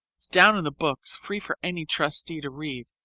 down in the books free for any trustee to read.